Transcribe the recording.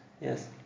Yes